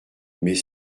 mais